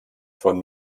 von